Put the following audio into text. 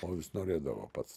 o vis norėdavau pats